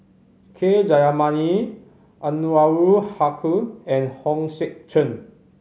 K Jayamani Anwarul Haque and Hong Sek Chern